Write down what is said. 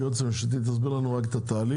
היועץ המשפטי, רק תסביר לנו את התהליך.